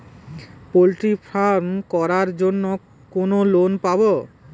Poultry farm করার জন্য কোন লোন পাব?